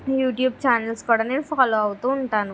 YouTube channels కూడా నేను follow అవుతూ ఉంటాను